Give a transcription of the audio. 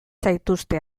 zaituzte